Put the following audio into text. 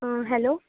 hello